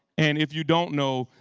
and if you don't know,